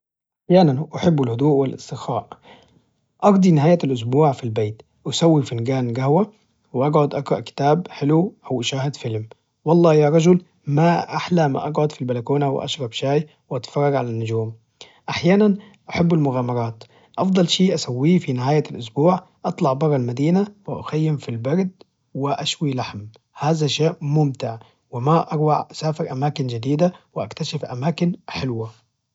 أحيانا أحب الهدوء والاسترخاء، أقضي نهاية الأسبوع في البيت أسوي فينجان جهوة وأقعد اقرأ كتاب حلو أو أشاهد فيلم، والله يا رجل ما أحلى ما أقعد في البلكونة وأشرب شاي وأتفرج على النجوم، أحيانا أحب المغامرات أفضل شيء أسويه في نهاية الأسبوع أطلع برا المدينة وأخيم في البرد وأشوي لحم، هذا شيء ممتع! وما أروع أسافر أماكن جديدة وأكتشف أماكن حلوة.